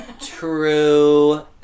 true